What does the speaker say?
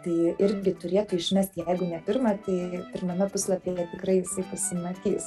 tai irgi turėtų išmest jeigu ne pirmą tai pirmame puslapyje tikrai jisai pasimatys